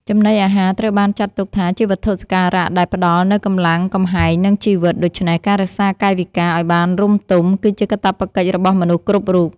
ចំណីអាហារត្រូវបានចាត់ទុកថាជាវត្ថុសក្ការៈដែលផ្តល់នូវកម្លាំងកំហែងនិងជីវិត ដូច្នេះការរក្សាកាយវិការឱ្យបានរម្យទមគឺជាកាតព្វកិច្ចរបស់មនុស្សគ្រប់រូប។